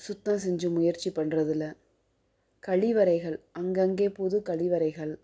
சுத்தம் செஞ்சு முயற்சி பண்ணுறதுல கழிவறைகள் அங்கங்கே பொது கழிவறைகள்